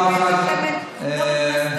והשמן,